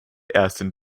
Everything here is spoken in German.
ersten